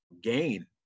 gain